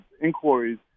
inquiries